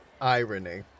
irony